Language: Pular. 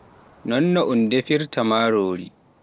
nonno un defirta marori.